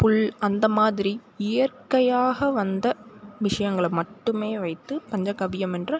புல் அந்த மாதிரி இயற்கையாக வந்த விஷயங்களை மட்டுமே வைத்து பஞ்சக்கவ்யம் என்று